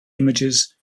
images